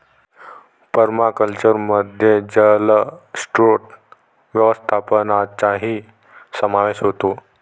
पर्माकल्चरमध्ये जलस्रोत व्यवस्थापनाचाही समावेश होतो